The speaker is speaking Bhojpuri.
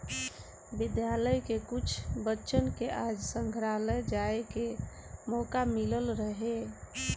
विद्यालय के कुछ बच्चन के आज संग्रहालय जाए के मोका मिलल रहे